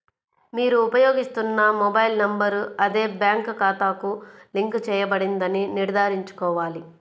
మీరు ఉపయోగిస్తున్న mobile number అదే బ్యాంక్ ఖాతాకు లింక్ చేయబడిందని నిర్ధారించుకోవాలి